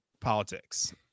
politics